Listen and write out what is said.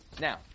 Now